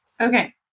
Okay